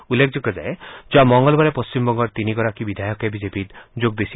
উল্লেখযোগ্য যে যোৱা মঙলবাৰে পশ্চিমবঙ্গৰ তিনিগৰাকী বিধায়কে বিজেপিত যোগ দিছিল